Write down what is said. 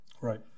Right